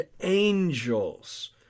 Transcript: angels